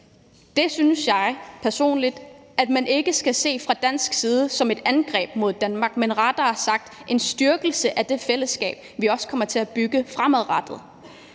Det synes jeg personligt at man fra dansk side ikke skal se som et angreb mod Danmark, men som en styrkelse af det fællesskab, vi også kommer til at bygge fremadrettet.